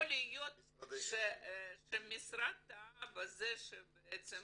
יכול להיות שהמשרד טעה בכך שבעצם